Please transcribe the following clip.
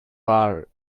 are